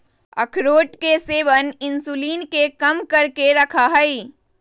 अखरोट के सेवन इंसुलिन के कम करके रखा हई